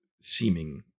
seeming